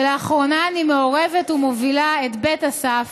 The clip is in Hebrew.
ולאחרונה אני מעורבת ומובילה את 'בית אסף',